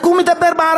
רק כי הוא מדבר בערבית.